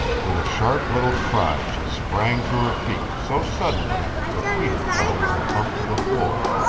with a sharp little cry she sprang to her feet, so suddenly that peter fell with a thump to the floor.